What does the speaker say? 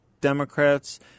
Democrats